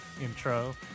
intro